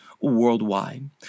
worldwide